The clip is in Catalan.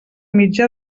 mitjà